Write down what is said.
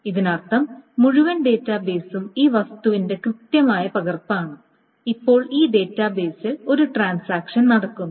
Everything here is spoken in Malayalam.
ഇതിനർത്ഥം മുഴുവൻ ഡാറ്റാബേസും ഈ വസ്തുവിന്റെ കൃത്യമായ പകർപ്പാണ് ഇപ്പോൾ ഈ ഡാറ്റാബേസിൽ ഒരു ട്രാൻസാക്ഷൻ നടക്കുന്നു